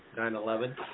9-11